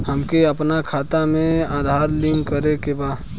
हमके अपना खाता में आधार लिंक करें के बा?